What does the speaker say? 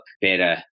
better